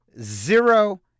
zero